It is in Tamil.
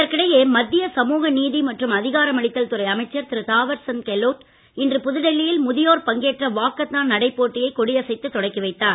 இதற்கிடையே மத்திய சமூகநீதி மற்றும் அதிகாரமளித்தல் துறை அமைச்சர் திரு தாவர் சந்த் கெலோட் இன்று புதுடெல்லியில் முதியோர் பங்கேற்ற வாக்கத்தான் நடைப் போட்டியை கொடி அசைத்து தொடக்கி வைத்தார்